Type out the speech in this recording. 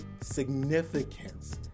significance